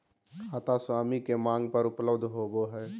खाता स्वामी के मांग पर उपलब्ध होबो हइ